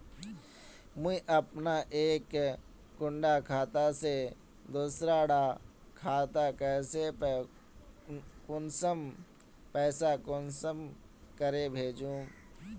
मुई अपना एक कुंडा खाता से दूसरा डा खातात पैसा कुंसम करे भेजुम?